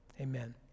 Amen